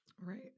Right